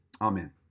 Amen